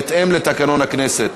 בהתאם לתקנון הכנסת.